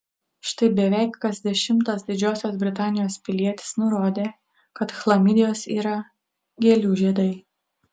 štai beveik kas dešimtas didžiosios britanijos pilietis nurodė kad chlamidijos yra gėlių žiedai